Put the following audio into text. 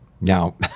Now